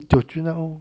tio train liao lor